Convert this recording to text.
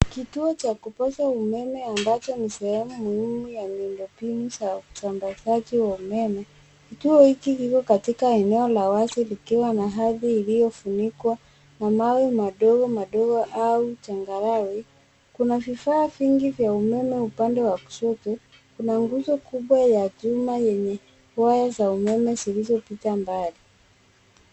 Kituo cha kuposa umeme ambacho ni sehemu muhimu ya miundobinu za usambasaji wa umeme. Kituo hiki iko katika eneo la wazi likiwa na aridhi iliofunikwa na mawe madogo madogo au changarawe, kuna vifaa vingi vya umeme upande wa kushoto kuna nguzo kubwa ya chuma enye waya za umeme zilizo pita mbali.